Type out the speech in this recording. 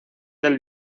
del